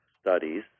studies